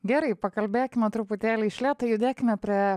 gerai pakalbėkime truputėlį iš lėto judėkime prie